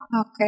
Okay